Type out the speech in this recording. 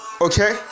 okay